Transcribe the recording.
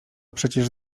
przecież